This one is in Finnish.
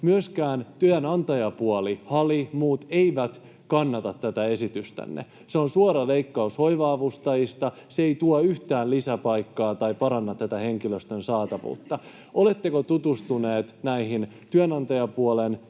Myöskään työnantajapuoli — HALI, muut — ei kannata tätä esitystänne. Se on suora leikkaus hoiva-avustajista. Se ei tuo yhtään lisäpaikkaa tai paranna tätä henkilöstön saatavuutta. Oletteko tutustunut näihin työnantajapuolen